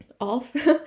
off